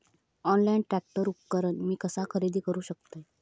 Online tractor उपकरण मी कसा खरेदी करू शकतय?